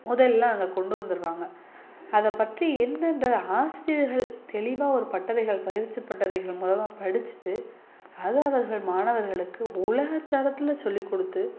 முதலில் அங்கே கொண்டு வந்துடுவாங்க அதை பற்றி எந்தெந்த ஆசிரியர்கள் தெளிவாக ஒரு பட்டறைகள் பயிற்சி பட்டறைகள் மூலமாக படிச்சுட்டு அதை அவர்கள் மாணவர்களுக்கு உலகத்தரத்தில் சொல்லிக்கொடுத்து